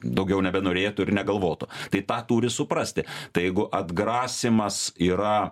daugiau nebenorėtų ir negalvotų tai tą turi suprasti tai jeigu atgrasymas yra